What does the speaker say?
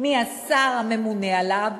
מהשר הממונה עליו.